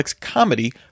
Comedy